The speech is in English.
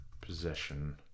possession